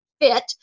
fit